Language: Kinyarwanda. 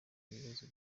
ibibazo